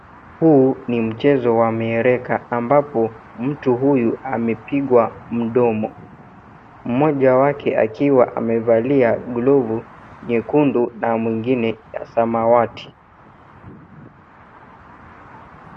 Huu ni mchezo wa miereka ambapo mtu huyu amepigwa mdomo. Mmoja wa akiwa amevalia glovu nyekundu na mwingine ya samawati.